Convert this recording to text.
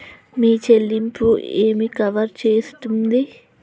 మీ చెల్లింపు ఏమి కవర్ చేస్తుంది?